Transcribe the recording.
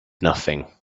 nothing